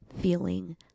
feeling